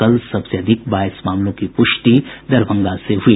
कल सबसे अधिक बाईस मामलों की पुष्टि दरभंगा से हुई